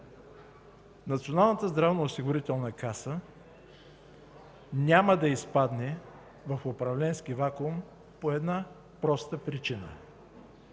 Националната здравноосигурителна каса, няма да изпадне в управленски вакуум по една проста причина